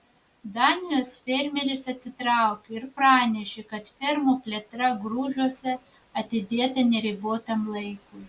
danijos fermeris atsitraukė ir pranešė kad fermų plėtra grūžiuose atidėta neribotam laikui